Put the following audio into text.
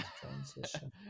transition